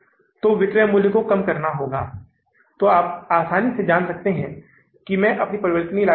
अब यदि आप वित्तपोषण व्यवस्था के लिए जाते हैं तो महीने की शुरुआत में बैंक से ऋण लेते हैं हमारे पास अधिशेष है